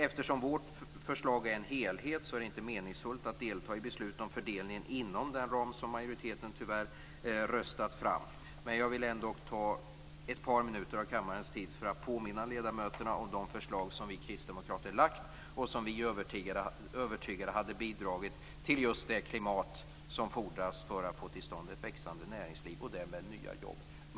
Eftersom vårt förslag är en helhet är det inte meningsfullt att delta i beslut om fördelningen inom den ram som majoriteten tyvärr röstat fram. Jag vill ändå ta ett par minuter av kammarens tid för att påminna ledamöterna om de förslag som vi kristdemokrater har lagt fram och som vi är övertygade om hade bidragit till just det klimat som fordras för att få till stånd ett växande näringsliv och därmed nya jobb.